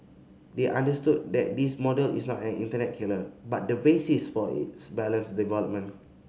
they understood that this model is not an internet killer but the basis for its balanced development